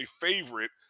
favorite